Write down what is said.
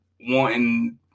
wanting